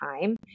time